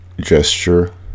gesture